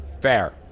Fair